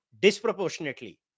disproportionately